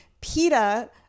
PETA